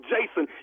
Jason